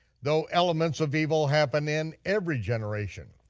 though elements of evil happen in every generation.